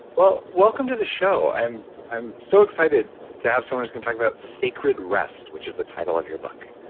well, welcome to the show. i'm i'm so excited to have someone who's going to talk about sacred rest, which is the title of your book.